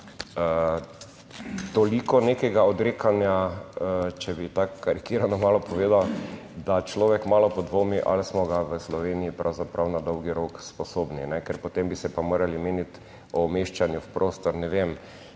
toliko nekega odrekanja, če bi tako karikirano malo povedal, da človek malo podvomi ali smo ga v Sloveniji pravzaprav na dolgi rok sposobni, ker potem bi se pa morali meniti o umeščanju v prostor,